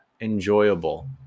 enjoyable